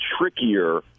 trickier